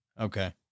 Okay